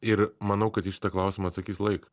ir manau kad į šitą klausimą atsakys laik